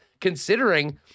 considering